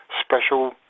special